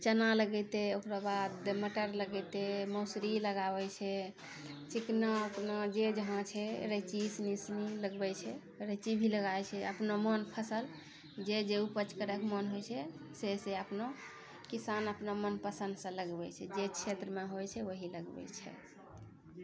चना लगैते ओकरो बाद मटर लगैते मसुरी लगाबै छै चिकना विकना जे जहाँ छै रैञ्ची लगबै छै जे भी लगाइ छै अपना मोनके फसल जे जे उपज करैके मोन होइ छै से से अपनो किसान अपना मन पसन्दसँ लगबै छै जे क्षेत्रमे होइ छै वही लगबै छै